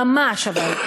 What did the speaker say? ממש אבל,